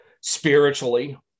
spiritually